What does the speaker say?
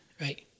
Right